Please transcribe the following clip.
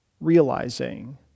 realizing